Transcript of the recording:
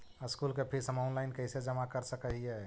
School के fees हम online कैसे जमा कर सक हिय?